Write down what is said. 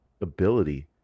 ability